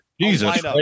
Jesus